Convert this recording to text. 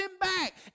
back